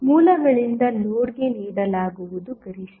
ಮೂಲಗಳಿಂದ ಲೋಡ್ಗೆ ನೀಡಲಾಗುವುದು ಗರಿಷ್ಠ